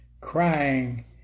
crying